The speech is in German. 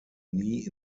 nie